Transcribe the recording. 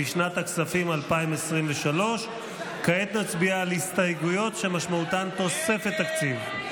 לשנת הכספים 2023. כעת נצביע על הסתייגויות שמשמעותן תוספת תקציב.